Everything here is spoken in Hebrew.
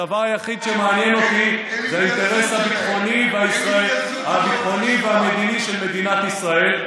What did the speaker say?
הדבר היחיד שמעניין אותי זה האינטרס הביטחוני והמדיני של מדינת ישראל.